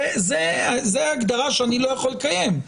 זו הגדרה שאני לא יכול לקבל.